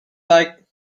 like